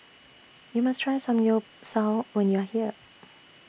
YOU must Try Samgyeopsal when YOU Are here